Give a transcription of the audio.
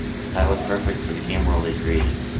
the style is perfect for the game world they created.